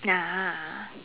ah